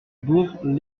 bourg